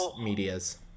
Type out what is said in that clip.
media's